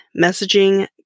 messaging